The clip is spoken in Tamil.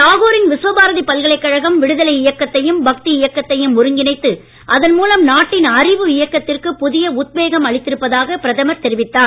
தாகூரின் விஸ்வபாரதி பல்கலைக்கழகம் விடுதலை இயக்கத்தையும் பக்தி இயக்கத்தையும் ஒருங்கிணைத்து அதன் மூலம் நாட்டின் அறிவு இயக்கத்திற்கு புதிய உத்வேகம் அளித்திருப்பதாக பிரதமர் தெரிவித்தார்